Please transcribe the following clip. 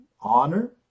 honor